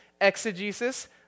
exegesis